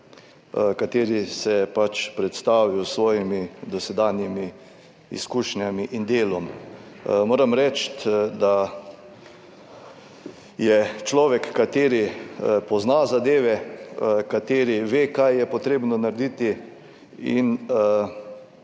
kateri se je pač predstavil s svojimi dosedanjimi izkušnjami in delom. Moram reči, da je človek, kateri pozna zadeve, kateri ve kaj je potrebno narediti in